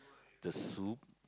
the soup